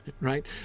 right